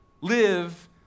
live